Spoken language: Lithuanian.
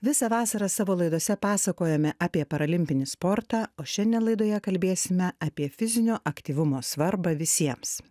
visą vasarą savo laidose pasakojome apie paralimpinį sportą o šiandien laidoje kalbėsime apie fizinio aktyvumo svarbą visiems